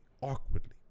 awkwardly